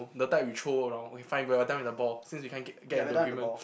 the type you throw around okay fine we are done with the ball since we can't get get into agreement